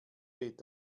weht